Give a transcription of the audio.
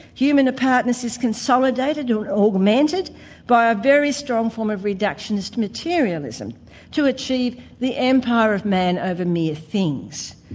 human apartness is consolidated, or augmented by a very strong form of reductionist materialism to achieve the empire of man over mere things,